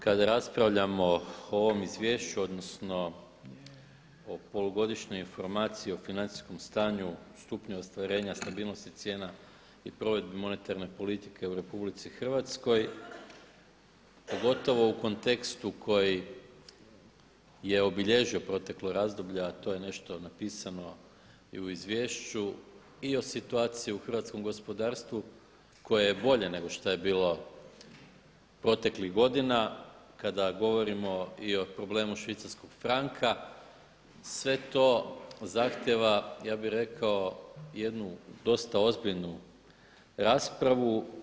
Kada raspravljamo o ovom izvješću odnosno o Polugodišnjoj informaciji o financijskom stanju, stupnju ostvarenja stabilnosti cijena i provedbi monetarne politike u RH pogotovo u kontekstu koji je obilježio proteklo razdoblje, a to je nešto napisano i u izvješću i o situaciji u hrvatskom gospodarstvu koje je bolje nego što je bilo proteklih godina, kada govorimo i o problemu švicarskog franka sve to zahtjeva ja bi rekao jednu dosta ozbiljnu raspravu.